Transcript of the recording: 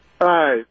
Hi